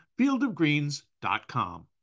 fieldofgreens.com